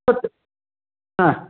तु ह